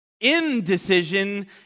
Indecision